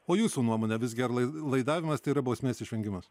o jūsų nuomone visgi ar lai laidavimas tai yra bausmės išvengimas